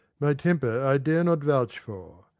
my temper i dare not vouch for.